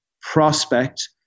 prospect